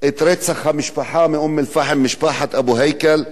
את רצח המשפחה מאום-אל-פחם, משפחת אבו הייכל,